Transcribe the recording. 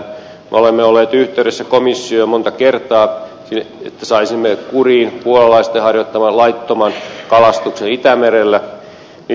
me olemme olleet yhteydessä komissioon monta kertaa että saisimme kuriin puolalaisten harjoittaman laittoman kalastuksen itämerellä